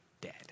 dead